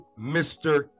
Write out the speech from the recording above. Mr